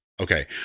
Okay